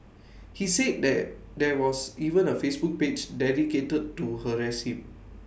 he said that there was even A Facebook page dedicated to harass him